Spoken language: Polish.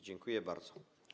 Dziękuję bardzo.